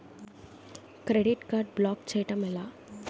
Credit card block చేయడం ఎలా?